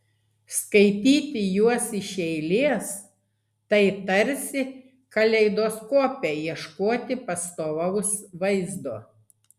skaityti juos iš eilės tai tarsi kaleidoskope ieškoti pastovaus vaizdo